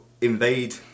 invade